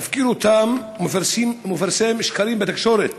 מפקיר אותם ומפרסם שקרים בתקשורת.